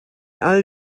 all